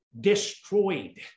destroyed